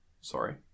sorry